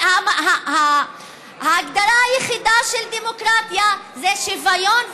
ההגדרה היחידה של דמוקרטיה זה שוויון,